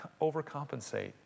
overcompensate